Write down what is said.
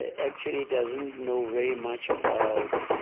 ah actually doesn't know very much about